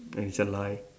that is a lie